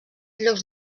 llocs